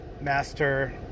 Master